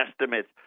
estimates